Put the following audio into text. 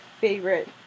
favorite